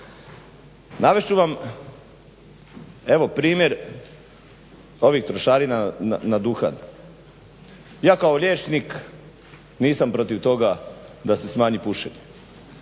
Navest ću vam evo primjer ovih trošarina na duhan. Ja kao liječnik nisam protiv toga da se smanji pušenje,